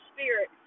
Spirit